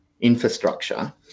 infrastructure